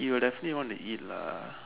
you will definitely want to eat lah